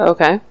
Okay